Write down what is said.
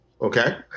okay